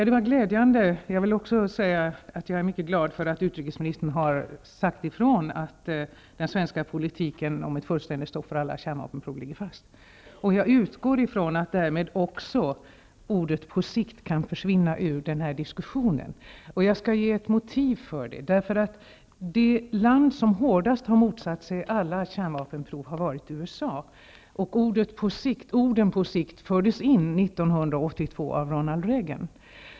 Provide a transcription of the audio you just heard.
Fru talman! Jag vill också säga att jag är mycket glad för att utrikesministern har sagt ifrån att den svenska politiken om ett fullständigt stopp för alla kärnvapenprov ligger fast. Jag utgår ifrån att orden på sikt kan försvinna ur den här diskussionen. Jag skall ge ett motiv för det. Det land som hårdast har motsatt sig stoppet för alla kärnvapenprov har varit USA. Orden på sikt fördes in 1982 av Ronald Reagan.